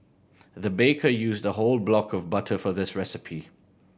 the baker used a whole block of butter for this recipe